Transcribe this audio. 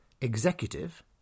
executive